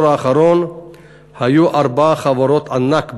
האחרון היו ארבע חברות ענק בין-לאומיות: